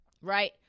Right